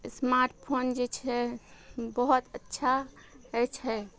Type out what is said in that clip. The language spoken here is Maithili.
स्मार्ट फोन जे छै बहुत अच्छा अछि छै